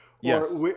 Yes